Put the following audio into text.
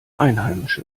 einheimische